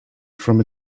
from